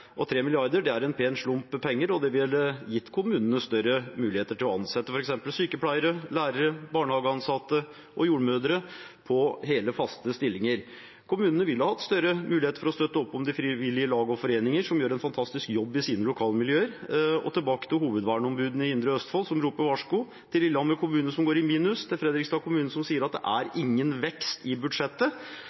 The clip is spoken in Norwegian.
er en pen slump penger, og det ville gitt kommunene større muligheter til å ansette f.eks. sykepleiere, lærere, barnehageansatte og jordmødre i hele, faste stillinger. Kommunene ville hatt større muligheter til å støtte opp om frivillige lag og foreninger, som gjør en fantastisk jobb i sine lokalmiljøer. Tilbake til hovedverneombudene i Indre Østfold, som roper varsko, Lillehammer kommune, som går i minus, og Fredrikstad kommune, som sier at det er ingen vekst i budsjettet